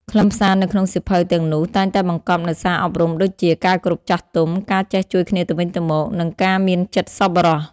ខ្លឹមសារនៅក្នុងសៀវភៅទាំងនោះតែងតែបង្កប់នូវសារអប់រំដូចជា ការគោរពចាស់ទុំ ការចេះជួយគ្នាទៅវិញទៅមក និងការមានចិត្តសប្បុរស។